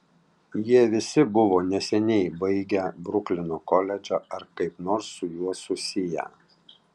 jie visi buvo neseniai baigę bruklino koledžą ar kaip nors su juo susiję